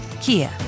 Kia